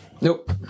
Nope